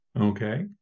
Okay